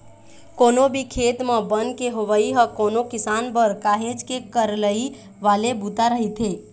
कोनो भी खेत म बन के होवई ह कोनो किसान बर काहेच के करलई वाले बूता रहिथे